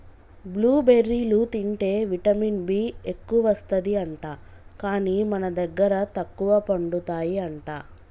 blue బెర్రీలు తింటే vitamin B ఎక్కువస్తది అంట, కానీ మన దగ్గర తక్కువ పండుతాయి అంట